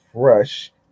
Fresh